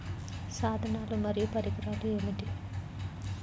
సాధనాలు మరియు పరికరాలు ఏమిటీ?